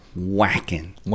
Whacking